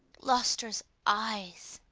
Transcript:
gloster's eyes!